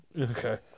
Okay